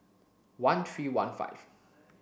one three one five